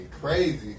crazy